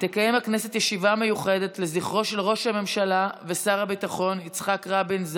תקיים הכנסת ישיבה מיוחדת לזכרו של ראש הממשלה ושר הביטחון יצחק רבין,